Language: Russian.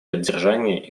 поддержание